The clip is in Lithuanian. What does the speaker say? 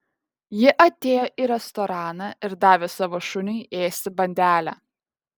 ji atėjo į restoraną ir davė savo šuniui ėsti bandelę